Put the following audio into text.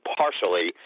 partially